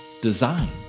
design